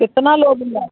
कितना लोगी आप